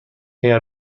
اگر